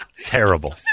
Terrible